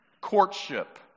Courtship